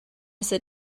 sit